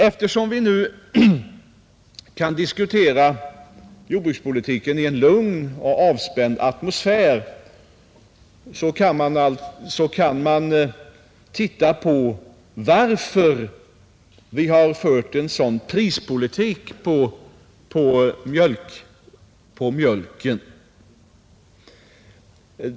Eftersom vi nu kan diskutera jordbrukspolitiken i en lugn och avspänd atmosfär, kan man titta litet på anledningarna till att det har förts en sådan prispolitik beträffande mjölken.